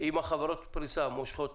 אם חברות הפריסה מושכות